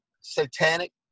satanic